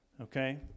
Okay